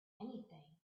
anything